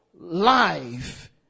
life